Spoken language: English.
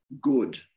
good